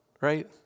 right